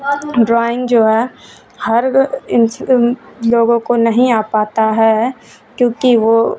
drawing جو ہے ہر ان لوگوں کو نہیں آ پاتا ہے کیونکہ وہ